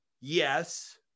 yes